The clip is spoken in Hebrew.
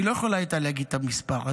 לא יכולה הייתה להגיד את המספר.